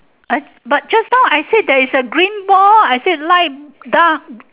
I but just now I said there is a green ball I said light dark